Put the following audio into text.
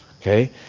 okay